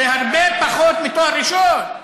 זה הרבה פחות מתואר ראשון.